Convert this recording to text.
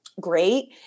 great